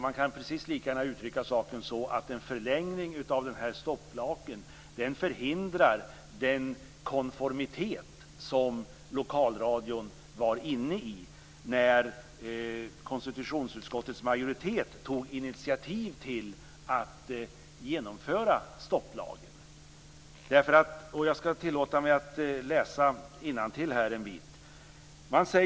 Man kan precis lika gärna uttrycka saken så, att en förlängning av stopplagen förhindrar den konformitet som lokalradion var inne i när konstitutionsutskottets majoritet tog initiativ till att genomföra stopplagen. Jag skall tillåta mig att läsa innantill en bit.